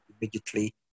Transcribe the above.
immediately